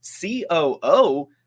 COO